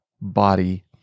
body